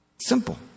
Simple